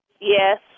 Yes